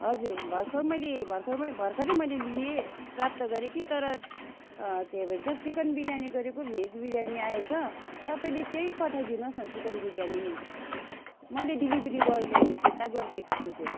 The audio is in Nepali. हजुर भर्खर मैले भर्खरमै भर्खरै मैले लिएँ प्राप्त गरेँ कि तर के भन्छ चिकन बिर्यानी गरेको भेज बिर्यानी आएछ तपाईँले त्यही पठाइदिनुहोस् न चिकन बिर्यानी नै मैले डेलिभरी बोयलाई फिर्ता गरिदिएको छु त्यो